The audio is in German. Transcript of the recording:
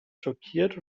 schockiert